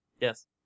Yes